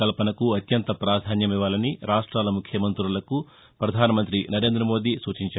కల్పనకు అత్యంత ప్రాధాన్యమివ్వాలని రాష్టాల ముఖ్యమంతులకు ప్రధానమంతి నరేంద్ర మోది సూచించారు